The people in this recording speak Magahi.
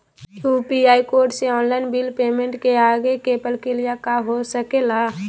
यू.पी.आई कोड से ऑनलाइन बिल पेमेंट के आगे के प्रक्रिया का हो सके ला?